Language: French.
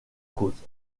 cause